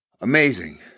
Amazing